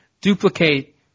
duplicate